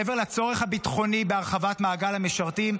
מעבר לצורך הביטחוני בהרחבת מעגל המשרתים,